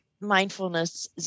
mindfulness